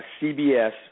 CBS